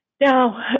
Now